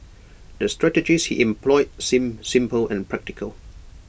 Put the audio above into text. the strategies he employed seemed simple and practical